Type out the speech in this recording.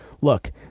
Look